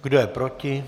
Kdo je proti?